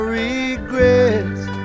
regrets